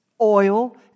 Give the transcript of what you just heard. Oil